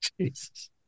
Jesus